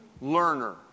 learner